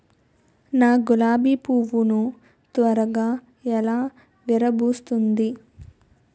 నా గులాబి పువ్వు ను త్వరగా ఎలా విరభుస్తుంది?